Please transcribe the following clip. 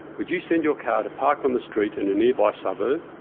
would you send your car to park on the street in a nearby suburb?